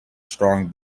strong